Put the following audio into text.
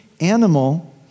animal